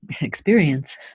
experience